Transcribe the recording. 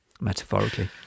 metaphorically